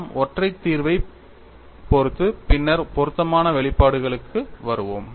நாம் ஒற்றை தீர்வைப் பொறுத்து பின்னர் பொருத்தமான வெளிப்பாடுகளுக்கு வருவோம்